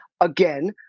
again